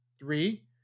Three